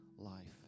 life